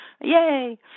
Yay